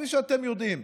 כפי שאתם יודעים,